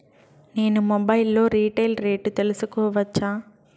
నేను మొబైల్ లో రీటైల్ రేట్లు తెలుసుకోవచ్చా?